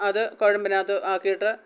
അത് കുഴമ്പിനകത്ത് ആക്കിയിട്ട്